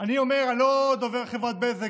אני לא דובר חברת בזק,